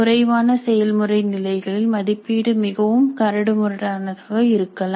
குறைவான செயல்முறை நிலைகளில் மதிப்பீடு மிகவும் கரடு முரடு ஆனதாக இருக்கலாம்